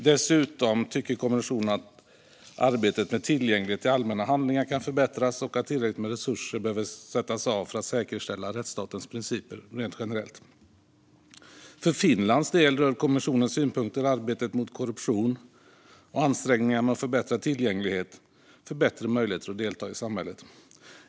Dessutom tycker kommissionen att arbetet med tillgänglighet till allmänna handlingar kan förbättras och att tillräckligt med resurser behöver sättas av för att säkerställa rättsstatens principer generellt. För Finlands del rör kommissionens synpunkter arbetet mot korruption och ansträngningarna med att förbättra tillgänglighet för bättre möjligheter att delta i samhället.